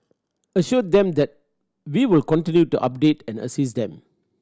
assured them that we will continue to update and assist them